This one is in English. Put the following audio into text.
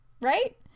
right